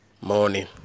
morning